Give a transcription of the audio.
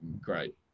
great